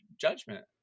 judgment